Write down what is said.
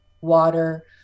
water